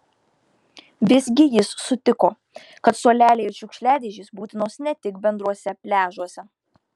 vis gi jis sutiko kad suoleliai ir šiukšliadėžės būtinos ne tik bendruose pliažuose